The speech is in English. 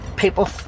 People